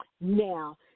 Now